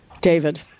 David